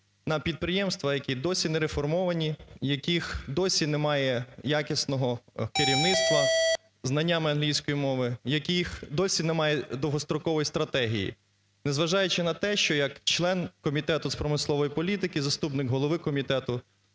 на підприємства, які й досі не реформовані, в яких досі немає якісного керівництва, із знанням англійської мови, в яких досі немає довгострокової стратегії. Незважаючи на те, що як член Комітету з промислової політики, заступник голови комітету,